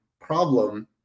problem